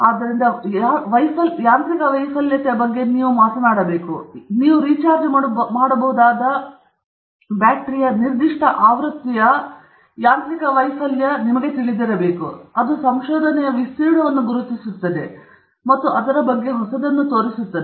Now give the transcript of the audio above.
ಆದ್ದರಿಂದ ವೈಫಲ್ಯ ಯಾಂತ್ರಿಕತೆಯ ಬಗ್ಗೆ ನೀವು ಮಾತನಾಡಬೇಕು ನೀವು ರೀಚಾರ್ಜ್ ಮಾಡಬಹುದಾದ ಬ್ಯಾಟರಿಯ ನಿರ್ದಿಷ್ಟ ಆವೃತ್ತಿಯ ಯಾಂತ್ರಿಕ ವೈಫಲ್ಯವನ್ನು ನಿಮಗೆ ತಿಳಿದಿರಬೇಕು ಅದು ಸಂಶೋಧನೆಯ ವಿಸ್ತೀರ್ಣವನ್ನು ಗುರುತಿಸುತ್ತದೆ ಮತ್ತು ಅದರ ಬಗ್ಗೆ ಹೊಸದನ್ನು ತೋರಿಸುತ್ತದೆ